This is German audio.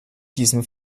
diesem